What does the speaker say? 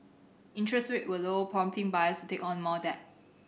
interest rate were low prompting buyers to take on more debt